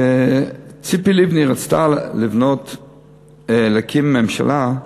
כשציפי לבני רצתה להקים ממשלה,